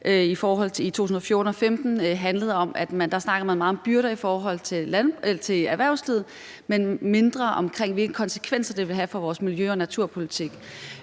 tidligere, i 2014 og 2015, handlede om. Der snakkede man meget om byrder i forhold til erhvervslivet, men mindre om, hvilke konsekvenser det ville have for vores miljø- og naturpolitik.